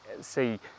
see